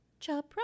chopra